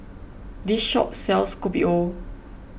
this shop sells Kopi O